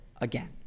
again